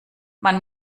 man